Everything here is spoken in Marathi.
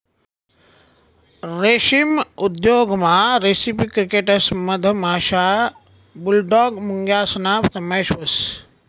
रेशीम उद्योगमा रेसिपी क्रिकेटस मधमाशा, बुलडॉग मुंग्यासना समावेश व्हस